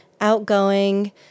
outgoing